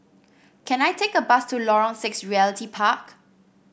can I take a bus to Lorong Six Realty Park